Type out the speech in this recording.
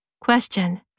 Question